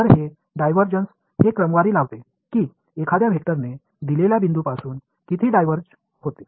तर हे डायव्हर्जन हे क्रमवारी लावते की एखाद्या वेक्टरने दिलेल्या बिंदूपासून किती डायव्हर्ज होते